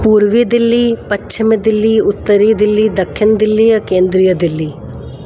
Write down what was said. पूर्वी दिल्ली पश्चमी दिल्ली उत्तरी दिल्ली दक्षिण दिल्ली केंद्रीय दिल्ली